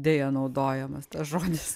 deja naudojamas tas žodis